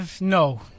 No